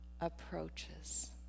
approaches